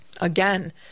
Again